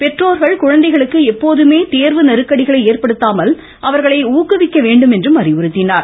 பெற்றோர்கள் குழந்தைகளுக்கு எப்போதுமே தேர்வு நெருக்கடிகளை ஏற்படுத்தாமல் அவர்களை ஊக்குவிக்க வேண்டும் என்றும் அறிவுறுத்தினார்